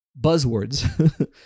buzzwords